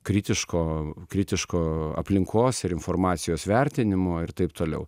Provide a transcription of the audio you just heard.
kritiško kritiško aplinkos ir informacijos vertinimo ir taip toliau